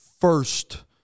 first